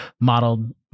modeled-